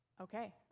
Okay